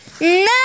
No